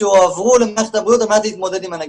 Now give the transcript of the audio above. שהועברו למערכת הבריאות על מנת להתמודד עם הנגיף,